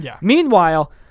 Meanwhile